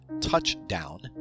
touchdown